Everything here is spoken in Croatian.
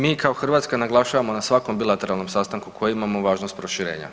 Mi kao Hrvatska naglašavamo na svakom bilateralnom sastanku koji imamo važnost proširenja.